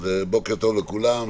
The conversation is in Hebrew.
בוקר טוב לכולם,